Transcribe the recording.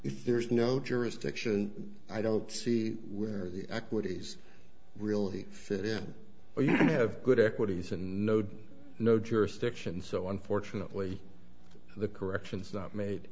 if there's no jurisdiction i don't see where the equities really fit in where you have good equities and no no jurisdiction so unfortunately the corrections not made